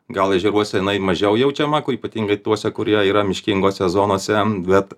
gal ežeruose jinai mažiau jaučiama kur ypatingai tuose kurie yra miškingose zonose bet